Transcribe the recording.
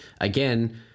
again